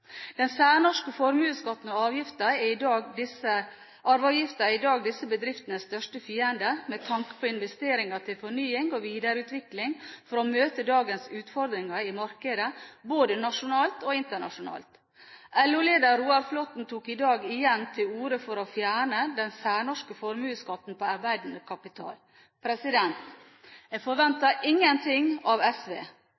Den særnorske formuesskatten og arveavgiften er i dag disse bedriftenes største fiender med tanke på investeringer til fornyelse og videreutvikling for å møte dagens utfordringer i markedet, både nasjonalt og internasjonalt. LO-leder Roar Flåthen tok i dag igjen til orde for å fjerne den særnorske formuesskatten på arbeidende kapital. Jeg